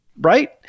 Right